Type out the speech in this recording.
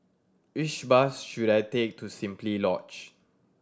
which bus should I take to Simply Lodge